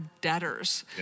debtors